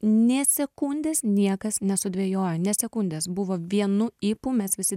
nė sekundės niekas nesudvejojo nė sekundės buvo vienu ypu mes visi